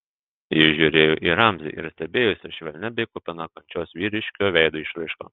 ji žiūrėjo į ramzį ir stebėjosi švelnia bei kupina kančios vyriškio veido išraiška